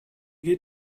geht